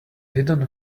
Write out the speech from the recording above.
hidden